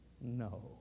No